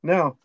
Now